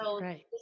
right